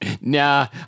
nah